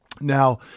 Now